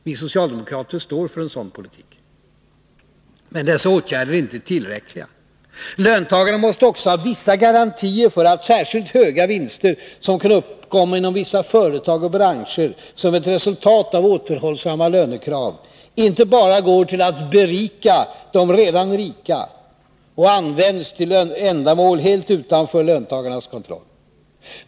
Vi socialdemokrater står för en sådan politik. Men dessa åtgärder är inte tillräckliga. Löntagarna måste också ha vissa garantier för att särskilt höga vinster, som kan uppkomma inom vissa företag eller branscher som ett resultat av återhållsamma lönekrav, inte bara går till att berika de redan rika och används för ändamål helt utanför löntagarnas kontroll.